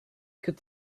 could